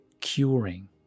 curing